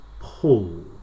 pull